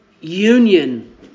union